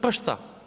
Pa šta!